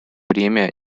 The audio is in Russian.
бремя